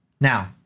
Now